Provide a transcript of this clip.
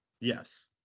Yes